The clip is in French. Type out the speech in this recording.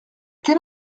quel